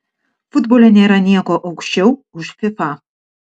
futbole nėra nieko aukščiau už fifa